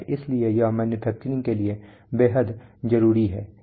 इसलिए यह मैन्युफैक्चरिंग के लिए बेहद जरूरी है